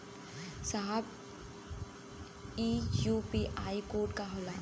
साहब इ UPI code का होला?